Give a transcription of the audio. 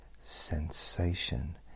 sensation